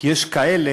כי יש כאלה